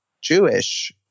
Jewish